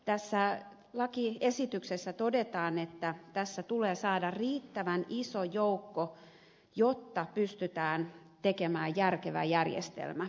tässä lakiesityksessä todetaan että tässä tulee saada riittävän iso joukko jotta pystytään tekemään järkevä järjestelmä